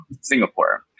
Singapore